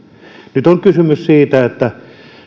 nyt on kysymys siitä